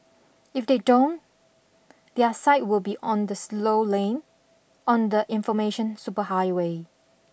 if they don't their site will be on the slow lane on the information superhighway